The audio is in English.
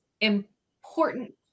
important